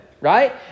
right